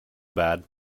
bad